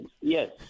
Yes